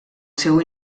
seu